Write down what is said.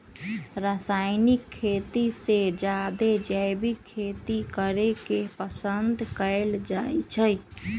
रासायनिक खेती से जादे जैविक खेती करे के पसंद कएल जाई छई